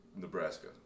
Nebraska